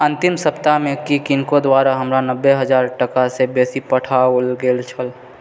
अन्तिम सप्ताहमे की किनको द्वारा हमरा नबे हजार टाकासँ बेसी पठाओल गेल छल